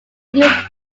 used